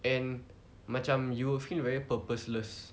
and macam you will feel very purposeless